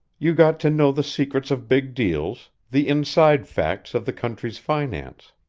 you got to know the secrets of big deals, the inside facts of the country's finance.